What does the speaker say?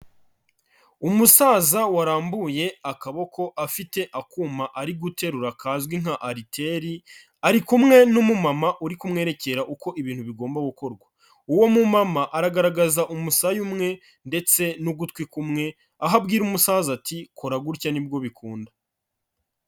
Umusaza warambuye akaboko afite akuma ari guterura kazwi nka ariteri ari kumwe n'umumama uri kumwerekera uko ibintu bigomba gukorwa, uwo mumama aragaragaza umusaya umwe ndetse n'ugutwi kumwe aho abwira umusaza ati kora gutya ni bwo bikunda.